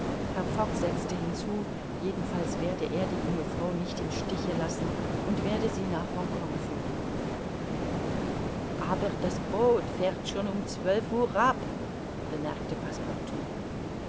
setzte hinzu jedenfalls werde er die junge frau nicht im stiche lassen und werde sie nach hongkong führen aber das boot fährt schon um zwölf uhr ab bemerkte